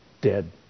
Dead